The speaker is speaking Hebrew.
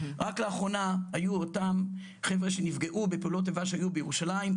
רק לאחרונה היו אותם חבר'ה שנפגעו בפעולות איבה שהיו בירושלים,